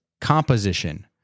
composition